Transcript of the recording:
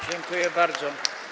Dziękuję bardzo.